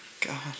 God